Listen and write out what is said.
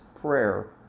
prayer